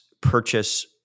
purchase